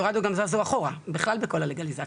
קולורדו זזו אחורה בכלל בכל הלגליזציה.